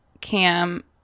Cam